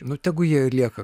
na tegu jie lieka